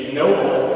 noble